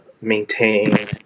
Maintain